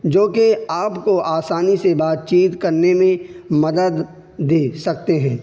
جو کہ آپ کو آسانی سے بات چیت کرنے میں مدد دے سکتے ہیں